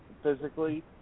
physically